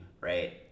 right